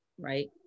Right